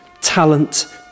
talent